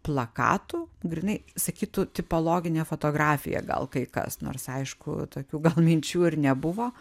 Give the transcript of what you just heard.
plakatų grynai sakytų tipologinė fotografija gal kai kas nors aišku tokių gal minčių ir nebuvo